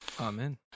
Amen